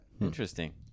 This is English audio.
Interesting